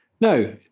no